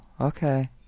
okay